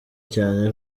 cyane